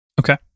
okay